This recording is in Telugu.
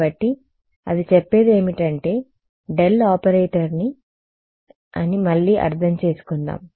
కాబట్టి అది చెప్పేదేమిటంటే డెల్ ఆపరేటర్ని సరి అని మళ్లీ అర్థం చేసుకుందాం